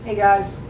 ah guys.